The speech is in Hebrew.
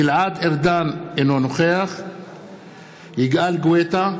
גלעד ארדן, אינו נוכח יגאל גואטה,